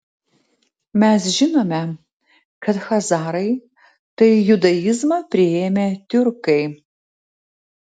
mes žinome kad chazarai tai judaizmą priėmę tiurkai